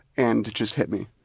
and it just hit me.